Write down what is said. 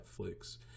Netflix